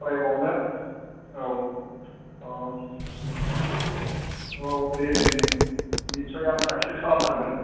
फरायबावनो औ अ औ दे दे दे निस्सय आं साक्सेस खालामथारगोन